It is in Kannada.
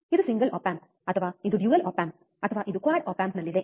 ಇದು ಸಿಂಗಲ್ ಆಪ್ ಆಂಪ್ ಅಥವಾ ಇದು ಡ್ಯುಯಲ್ ಆಪ್ ಆಂಪ್ ಅಥವಾ ಇದು ಕ್ವಾಡ್ ಆಪ್ ಆಂಪ್ನಲ್ಲಿದೆ